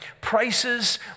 Prices